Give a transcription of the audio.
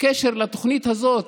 שמהתוכנית הזאת,